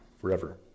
forever